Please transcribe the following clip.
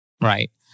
right